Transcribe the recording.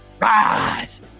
rise